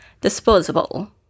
disposable